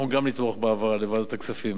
אנחנו גם נתמוך בהעברה לוועדת הכספים.